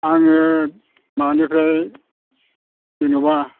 आङो माबानिफ्राय जेनेबा